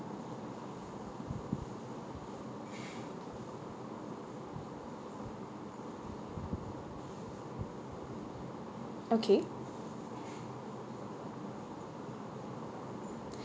okay